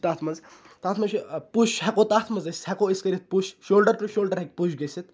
چھُ تَتھ مَنٛز تَتھ مَنٛز چھُ پُش ہیٚکو تَتھ مَنٛز أسۍ ہیٚکو أسۍ کٔرِتھ پُش شولڈَر ٹُوٚ شولڈَر ہیٚکہٕ پُش گٔژھِتھ